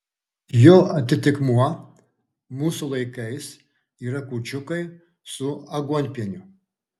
jo atitikmuo mūsų laikais yra kūčiukai su aguonpieniu